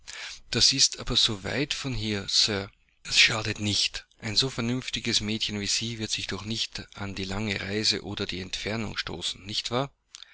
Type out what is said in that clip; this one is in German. das ist aber so weit von hier sir das schadet nicht ein so vernünftiges mädchen wie sie wird sich doch nicht an die lange reise oder die entfernung stoßen nicht wahr